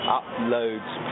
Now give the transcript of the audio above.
uploads